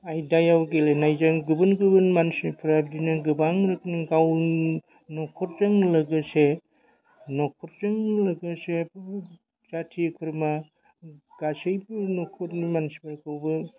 आयदायाव गेलेनायजों गुबुन गुबुन मानसिफोरा बिदिनो गोबां रोखोमनि गावनि न'खरजों लोगोसे न'खरजों लोगोसे जाथि खुरमा गासैबो न'खरनि मानसिफोरखौबो